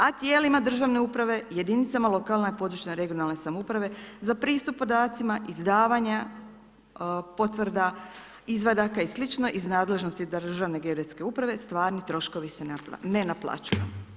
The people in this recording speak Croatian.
A tijelima državne uprave jedinicama lokalne, područne (regionalne) samouprave za pristup podacima izdavanja potvrda, izvadaka i sl. iz nadležnosti Državne geodetske uprave stvarni troškovi se ne naplaćuju.